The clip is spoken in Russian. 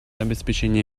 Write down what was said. обеспечения